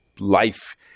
life